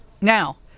Now